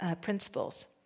principles